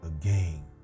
again